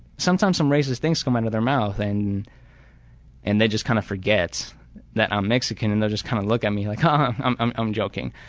sometimes some racist things come out of their mouth and and they just kind of forget that i'm mexican and they'll just kind of look at me like haha i'm i'm um joking.